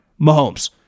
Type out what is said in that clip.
Mahomes